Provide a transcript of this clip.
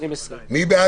70%, 80% כבר מוכן.